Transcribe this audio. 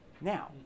Now